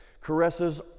caresses